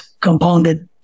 compounded